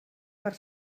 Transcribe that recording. per